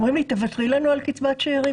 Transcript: ואומרים לי: תוותרי לנו על קצבת שארים,